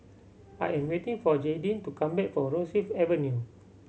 I am waiting for Jaidyn to come back for Rosyth Avenue